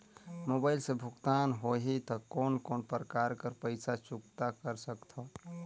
Mobile से भुगतान होहि त कोन कोन प्रकार कर पईसा चुकता कर सकथव?